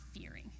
fearing